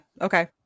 okay